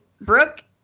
Brooke